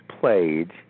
played